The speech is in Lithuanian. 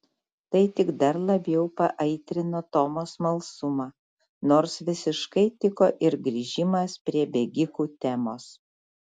tai tik dar labiau paaitrino tomo smalsumą nors visiškai tiko ir grįžimas prie bėgikų temos